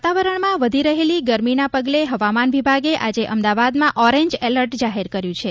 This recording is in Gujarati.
વાતાવરણમાં વધી રહેલી ગરમીના પગલે હવામાન વિભાગે આજે અમદાવાદમાં ઓરેન્જ એલર્ટ જાહેર કર્યું છે